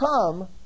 come